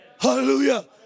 Hallelujah